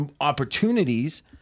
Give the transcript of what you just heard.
opportunities